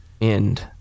end